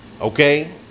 Okay